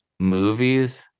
movies